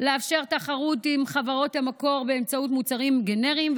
לאפשר תחרות עם חברות המקור באמצעות מוצרים גנריים,